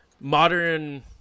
modern